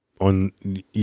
on